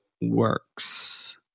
works